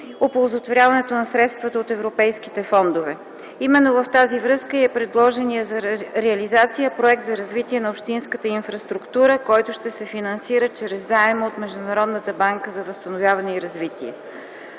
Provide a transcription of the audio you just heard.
оползотворяването на средствата от европейските фондове. Именно в тази връзка е и предложеният за реализация „Проект за развитие на общинската инфраструктура”, който ще се финансира чрез заем от Международната банка за възстановяване и развитие.